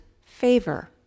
favor